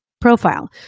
profile